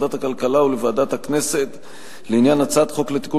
לוועדת הכלכלה ולוועדת הכנסת לעניין הצעת החוק לתיקון